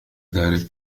ذلك